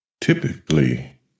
Typically